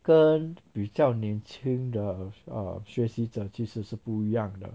跟比较年轻的 err 学习者其实是不一样的